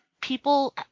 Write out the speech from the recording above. people